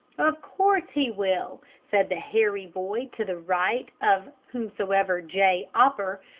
of corse he will, said the hairy boy to the right of whomsoever j. opper,